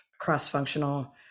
cross-functional